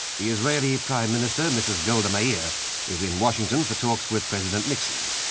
the israel yeah prime minister, mrs golda meir is in washington for talks with president nixon.